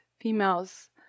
females